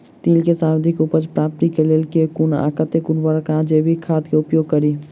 तिल केँ सर्वाधिक उपज प्राप्ति केँ लेल केँ कुन आ कतेक उर्वरक वा जैविक खाद केँ उपयोग करि?